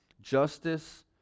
justice